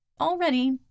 Already